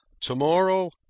Tomorrow